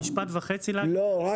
בחוק.